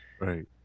Right